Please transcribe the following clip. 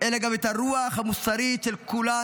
אלא גם את הרוח המוסרית של כולנו,